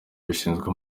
bishinzwe